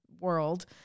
world